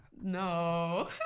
No